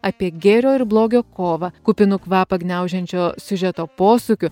apie gėrio ir blogio kovą kupinu kvapą gniaužiančio siužeto posūkių